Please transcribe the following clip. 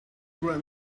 grab